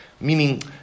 Meaning